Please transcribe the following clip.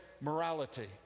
morality